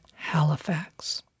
Halifax